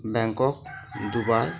Bangkok Dubai